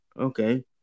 okay